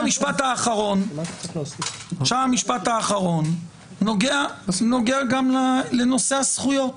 עכשיו המשפט האחרון נוגע גם לנושא הזכויות